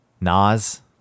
Nas